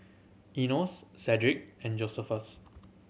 Enos Shedrick and Josephus